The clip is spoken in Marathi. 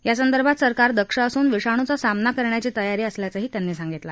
यासंदर्भात सरकार दक्ष असून विषाणूवा सामना करण्याची तयारी असल्याचंही त्या म्हणाल्या